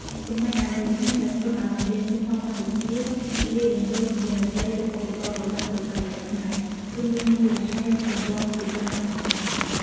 ចំំណែកឯមូលហេតុដែលធ្វើឲ្យចម្រៀងហ៊ីបហបកម្ពុជា លាយបញ្ចូលជាមួយតន្ត្រី ឬឧបករណ៍បុរាណប្រពៃណីខ្មែរ គឺមានមូលហេតុចម្បងជាច្រើនផងដែរ។